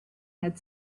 had